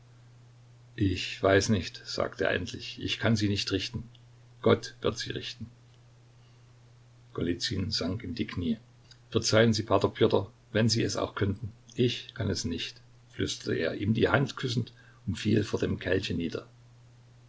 ich weiß nicht sagte er endlich ich kann sie nicht richten gott wird sie richten golizyn sank in die knie verzeihen sie p pjotr wenn sie es auch könnten ich kann es nicht flüsterte er ihm die hand küssend und fiel vor dem kelche nieder